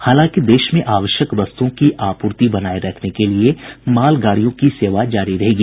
हालांकि देश में आवश्यक वस्तुओं की आपूर्ति बनाए रखने के लिए मालगाड़ियों की सेवा जारी रहेगी